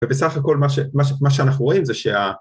ובסך הכל מה שאנחנו רואים זה שה